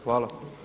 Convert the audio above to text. Hvala.